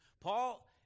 Paul